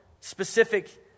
specific